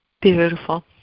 Beautiful